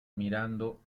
mirando